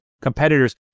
competitors